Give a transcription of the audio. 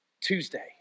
Tuesday